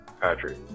patrick